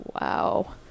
Wow